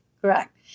correct